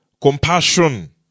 compassion